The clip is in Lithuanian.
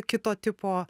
kito tipo